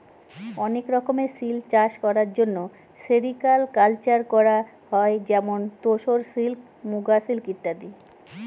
অনেক রকমের সিল্ক চাষ করার জন্য সেরিকালকালচার করা হয় যেমন তোসর সিল্ক, মুগা সিল্ক ইত্যাদি